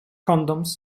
condoms